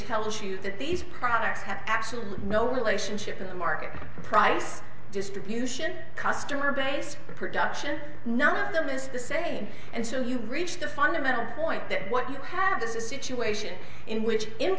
tells you that these products have absolutely no relationship with the market price distribution customer base production not them is the same and so you reach the fundamental point that what you have is a situation in which i